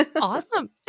awesome